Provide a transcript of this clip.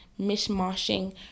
mishmashing